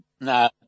no